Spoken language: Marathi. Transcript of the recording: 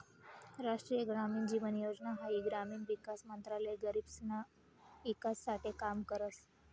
राष्ट्रीय ग्रामीण जीवन योजना हाई ग्रामीण विकास मंत्रालय गरीबसना ईकास साठे काम करस